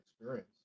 experience